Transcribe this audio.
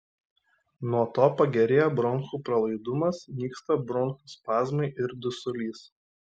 nuo to pagerėja bronchų pralaidumas nyksta bronchų spazmai ir dusulys